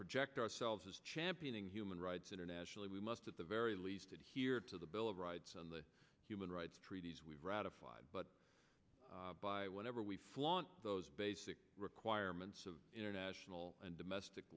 project ourselves as championing human rights internationally we must at the very least adhere to the bill of rights and the human rights treaties we've ratified but by whatever we flaunt those basic requirements of international and domestic